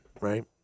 right